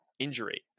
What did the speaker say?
injury